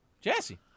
Jesse